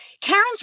Karen's